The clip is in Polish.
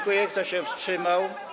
Kto się wstrzymał?